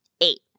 Eight